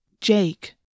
Jake